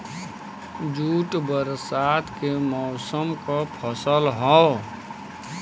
jute बरसात के मौसम क फसल हौ